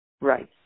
right